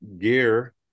gear